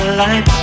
life